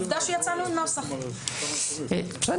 תודה